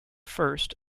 first